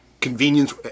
convenience